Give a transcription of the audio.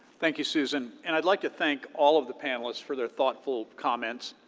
thank you, susan, and i'd like to thank all of the panelists for their thoughtful comments.